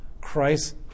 Christ